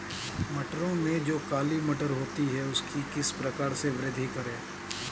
मटरों में जो काली मटर होती है उसकी किस प्रकार से वृद्धि करें?